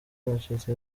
nacitse